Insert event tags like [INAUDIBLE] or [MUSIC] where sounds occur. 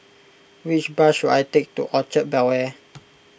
which bus should I take to Orchard Bel Air [NOISE]